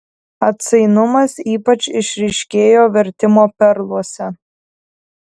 atsainumas ypač išryškėjo vertimo perluose